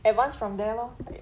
advance from there lor